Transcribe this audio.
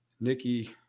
Nikki